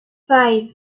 five